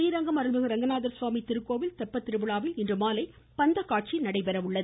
றீரங்கம் அருள்மிகு அரங்கநாதர் சுவாமி திருக்கோவில் தெப்பத் திருவிழாவில் இன்றுமாலை பந்தக்காட்சி நடைபெறுகிறது